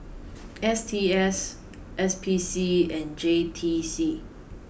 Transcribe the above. S T S S P C and J T C